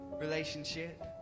relationship